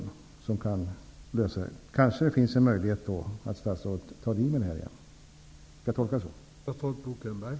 Kan jag tolka statsrådet så att det kanske finns en möjlighet att statsrådet på nytt tar upp den här frågan?